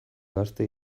gazte